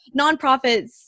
nonprofits